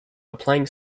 applying